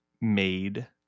made